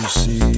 see